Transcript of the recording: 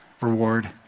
reward